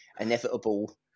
inevitable